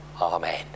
Amen